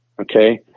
okay